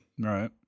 Right